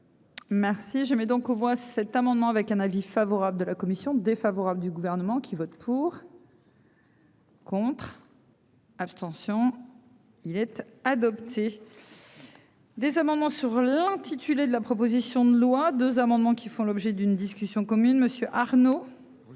Merci j'aimais. Donc on voit cet amendement avec un avis favorable de la commission défavorable du gouvernement qui vote pour. Abstention il être adopté. Des amendements sur l'intitulé de la proposition de loi 2 amendements qui font l'objet d'une discussion commune monsieur Arnault.